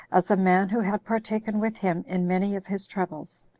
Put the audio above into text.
as a man who had partaken with him in many of his troubles.